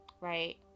right